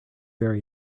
very